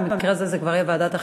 במקרה הזה זה כבר יהיה ועדת החינוך,